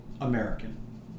American